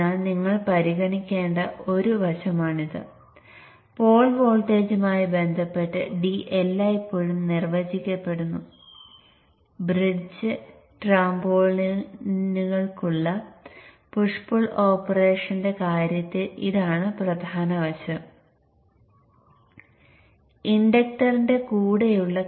അതിനാൽ Q1 ഉം Q4 ഉം ഡോട്ട് സൈഡ് ഓൺ ചെയ്യുമ്പോൾ Vin ലേക്ക് കണക്ട് ചെയ്യുന്നു